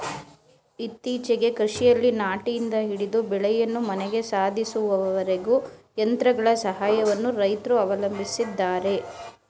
ಇತ್ತೀಚೆಗೆ ಕೃಷಿಯಲ್ಲಿ ನಾಟಿಯಿಂದ ಹಿಡಿದು ಬೆಳೆಯನ್ನು ಮನೆಗೆ ಸಾಧಿಸುವವರೆಗೂ ಯಂತ್ರಗಳ ಸಹಾಯವನ್ನು ರೈತ್ರು ಅವಲಂಬಿಸಿದ್ದಾರೆ